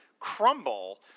crumble